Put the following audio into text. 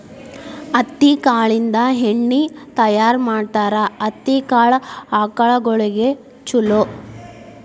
ಹತ್ತಿ ಕಾಳಿಂದ ಎಣ್ಣಿ ತಯಾರ ಮಾಡ್ತಾರ ಹತ್ತಿ ಕಾಳ ಆಕಳಗೊಳಿಗೆ ಚುಲೊ